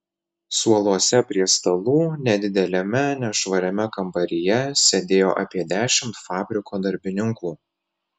suoluose prie stalų nedideliame nešvariame kambaryje sėdėjo apie dešimt fabriko darbininkų